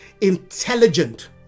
Intelligent